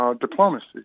diplomacy